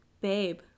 babe